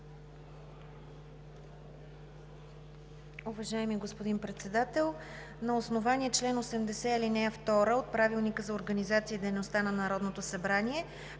Уважаеми господин Председател, на основание чл. 80, ал. 2 от Правилника за организацията и дейността на Народното събрание